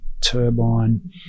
turbine